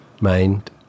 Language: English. mind